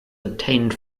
obtained